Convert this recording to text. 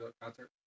concert